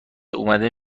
اومده